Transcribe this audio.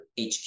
HQ